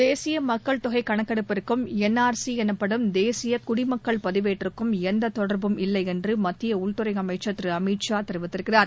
தேசிய மக்கள் தொகை கணக்கெடுப்புக்கும் என்ஆர்சி எனப்படும் தேசிய குடிமக்கள் பதிவேட்டிற்கும் எந்தத் தொடர்பும் இல்லையென்று மத்திய உள்துறை அமைச்சர் திரு அமித் ஷா கூறியிருக்கிறார்